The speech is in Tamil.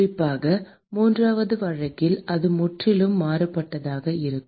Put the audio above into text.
குறிப்பாக மூன்றாவது வழக்கில் அது முற்றிலும் மாறுபட்டதாக இருக்கும்